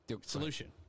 solution